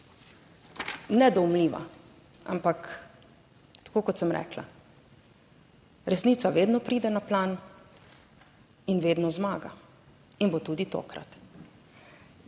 nedoumljiva. Ampak tako kot sem rekla resnica vedno pride na plan in vedno zmaga in bo tudi tokrat.